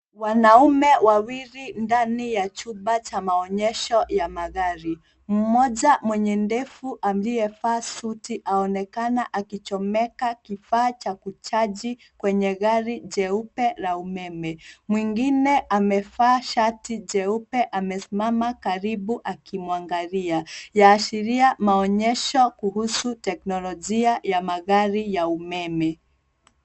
Wanaume wawili ndani ya chumba cha maonyesho ya magari. Mmoja mwenye ndevu aliyevaa suti aonekana akichomeka kifaa cha kuchaji kwenye gari jeupe la umeme. Mwingine amevaa shati jeupe amesimama karibu akimwangalia. Yaashiria maonyesho kuhusu teknolojia ya magari ya umeme.